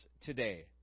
today